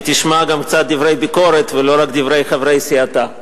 שהיא תשמע גם קצת דברי ביקורת ולא רק את דברי חברי סיעתה.